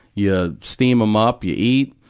yeah steam em up, you eat.